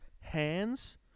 hands